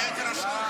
אני הייתי רשום.